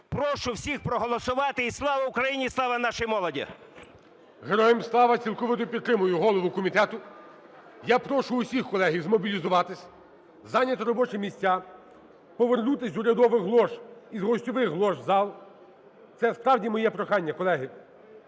Прошу всіх проголосувати. І слава Україні! Слава нашій молоді! ГОЛОВУЮЧИЙ. Героям слава! Цілковито підтримую голову комітету. Я прошу всіх, колеги, змобілізуватися, зайняти робочі міста, повернутися з урядових лож і з гостьових лож в зал. Це, справді, моє прохання, колеги.